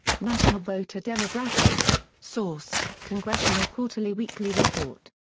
national voter demographics source congressional quarterly weekly report.